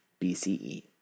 BCE